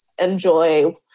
enjoy